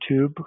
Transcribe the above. YouTube